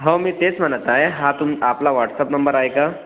हो मी तेच म्हणत आहे हां तुम्ही आपला व्हॉट्सअप नंबर आहे का